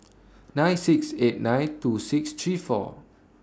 nine six eight nine two six three four